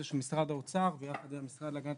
הוא שמשרד האוצר ביחד עם המשרד להגנת